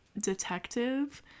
detective